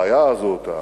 הזאת,